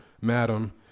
madam